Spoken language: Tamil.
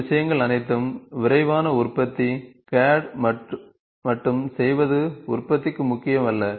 இந்த விஷயங்கள் அனைத்தும் விரைவான உற்பத்தி CAD மட்டும் செய்வது உற்பத்திக்கு முக்கியமல்ல